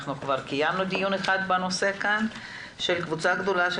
כבר קיימנו דיון אחד בנושא כאן של קבוצה גדולה של